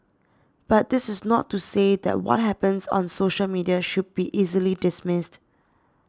but this is not to say that what happens on social media should be easily dismissed